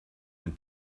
ein